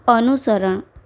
અનુસરણ